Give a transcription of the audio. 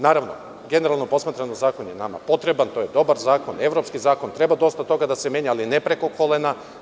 Naravno, generalno posmatrano, zakon je nama potreban, to je dobar zakon, evropski zakon, treba dosta toga da se menja ali ne preko kolena.